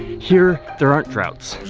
here there aren't droughts.